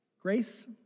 Grace